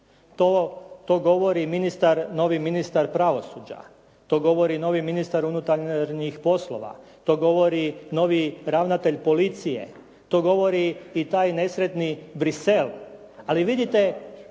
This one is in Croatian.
ministar, novi ministar pravosuđa, to govori novi ministar unutarnjih poslova, to govori novi ravnatelj policije, to govori i taj nesretni Bruxelles ali vidite,